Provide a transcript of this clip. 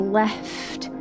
left